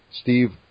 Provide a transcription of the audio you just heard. Steve